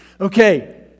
Okay